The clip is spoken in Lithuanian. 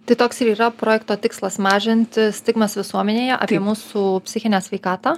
tai toks ir yra projekto tikslas mažinti stigmas visuomenėje apie mūsų psichinę sveikatą